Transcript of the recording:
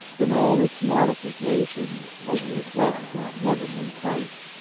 in all its modifications it reflects a heavenly type.